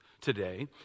today